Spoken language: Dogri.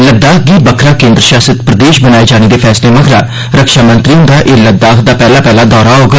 लद्दाख गी बक्खरा केन्द्र शासित प्रदेश बनाए जाने दे फैसले मगरा रक्षा मंत्री हुंदा एह् लद्दाख दा पैहला दौरा होग